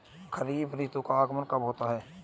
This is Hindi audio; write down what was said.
खरीफ ऋतु का आगमन कब होता है?